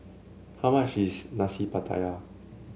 how much is Nasi Pattaya